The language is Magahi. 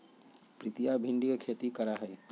प्रीतिया भिंडी के खेती करा हई